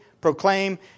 Proclaim